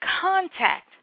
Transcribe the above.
contact